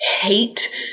hate